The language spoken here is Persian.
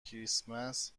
کریسمس